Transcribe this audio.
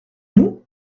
nous